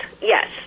Yes